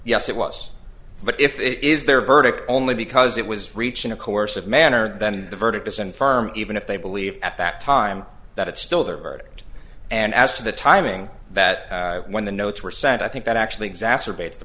yes it was but if it is their verdict only because it was reaching a coercive manner then the verdict is in firm even if they believe at that time that it's still their verdict and as to the timing that when the notes were sad i think that actually exacerbates the